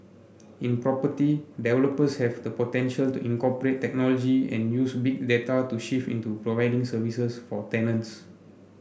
in property developers have the potential to incorporate technology and use Big Data to shift into providing services for tenants